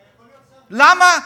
אתה יכול להיות שר הבריאות?